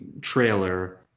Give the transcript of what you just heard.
trailer